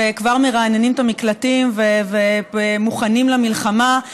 וכבר מרעננים את המקלטים ומוכנים למלחמה.